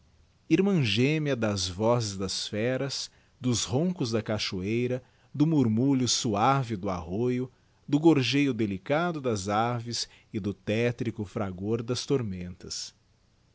irmã gémea das vozes das féraa dos roncos da cachoeira do murmulho suave do arroio do gorgeio delicado das aves e do tétrico fragor das tormentas